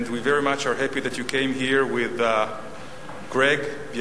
and we are very happy that you came here with Greg Bialecki,